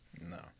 No